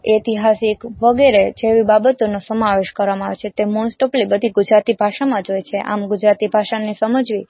ઐતિહાસિક વગેરે જેવી બાબતોનો સમાવેશ કરવામાં આવે છે તે મોસ્ટ ઓફલી બધી ગુજરાતી ભાષામાં જ હોય છે આમ ગુજરાતી ભાષાને સમજવી